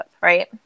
right